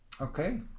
Okay